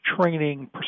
training